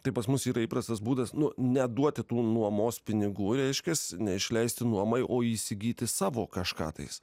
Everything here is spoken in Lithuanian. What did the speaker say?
tai pas mus yra įprastas būdas nu neduoti tų nuomos pinigų reiškias ne išleisti nuomai o įsigyti savo kažką tais